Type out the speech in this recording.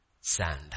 sand